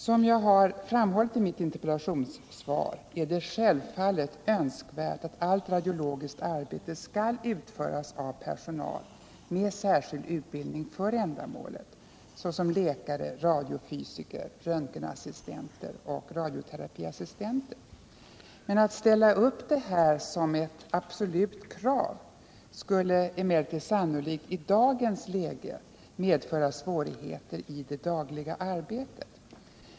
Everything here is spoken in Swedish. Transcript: Som jag framhållit i mitt interpellationssvar är det självfallet önskvärt att allt radiologiskt arbete kan utföras av personal med särskild utbildning för ändamålet, dvs. läkare, radiofysiker, röntgenassistenter och radioterapiassistenter. Att ställa detta som ett absolut krav skulle emellertid sannolikt i dagens läge medföra svårigheter i det dagliga arbetet.